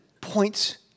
points